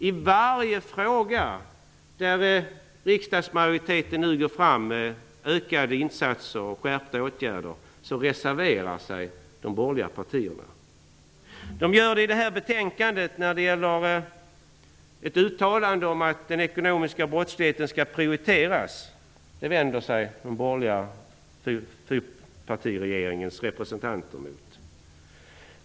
I varje fråga där riksdagsmajoriteten går fram med ökade insatser och skärpta åtgärder reserverar sig de borgerliga partierna. I detta betänkande gör de det när det gäller ett uttalande om att den ekonomiska brottsligheten skall prioriteras. Detta vänder sig den borgerliga fyrpartiregeringens representanter mot.